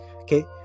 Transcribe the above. Okay